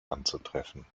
anzutreffen